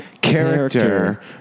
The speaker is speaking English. character